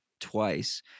twice